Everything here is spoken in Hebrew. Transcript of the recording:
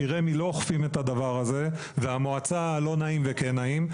כי רמ"י לא אוכפים את הדבר הזה והמועצה לא נעים וכן נעים.